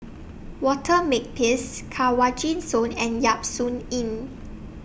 Walter Makepeace Kanwaljit Soin and Yap Su Yin